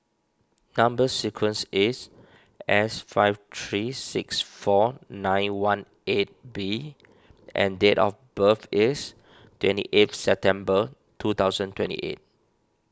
Number Sequence is S five three six four nine one eight B and date of birth is twenty eighth September two thousand twenty eight